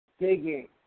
digging